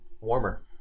Warmer